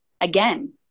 Again